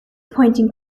pointing